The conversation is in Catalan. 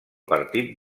partit